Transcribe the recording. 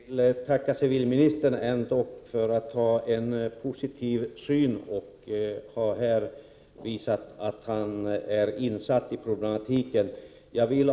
Fru talman! Jag vill ändock tacka civilministern för hans positiva syn. Han har visat att han är insatt i problematiken.